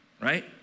Right